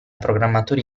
programmatori